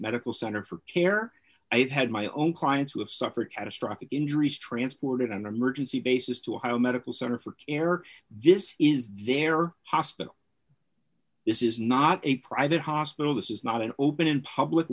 medical center for care i have had my own clients who have suffered catastrophic injuries transported under emergency basis to ohio medical center for care this is their hospital this is not a private hospital this is not an open in public